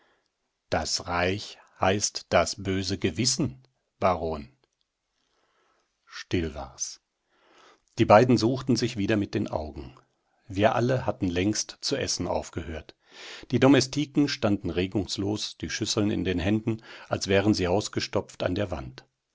das reich heißt das böse gewissen baron still war's die beiden suchten sich wieder mit den augen wir alle hatten längst zu essen aufgehört die domestiken standen regungslos die schüsseln in den händen als wären sie ausgestopft an der wand